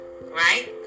right